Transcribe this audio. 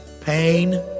pain